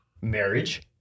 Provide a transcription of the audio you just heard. marriage